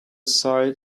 side